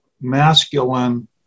masculine